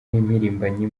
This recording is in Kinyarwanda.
n’impirimbanyi